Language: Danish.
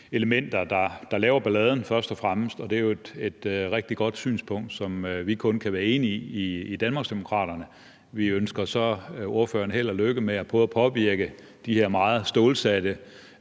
elementer, der først og fremmest laver balladen. Og det er jo et rigtig godt synspunkt, som vi kun kan være enige i i Danmarksdemokraterne. Vi ønsker så ordføreren held og lykke med at prøve at påvirke de her meget stålsatte